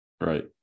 right